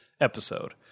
episode